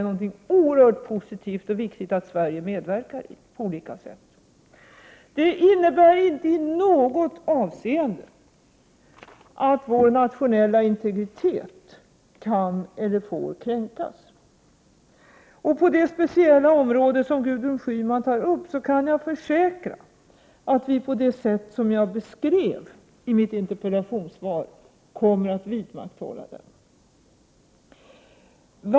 Detta innebär inte i något avseende att vår nationella integritet kan eller får kränkas. När det gäller de speciella områden som Gudrun Schyman tog upp, kan jag försäkra att vi, såsom jag beskrev i mitt interpellationssvar, kommer att vidmakthålla integriteten.